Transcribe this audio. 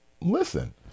listen